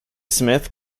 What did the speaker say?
smith